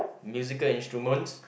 musical instruments